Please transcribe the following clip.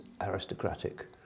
aristocratic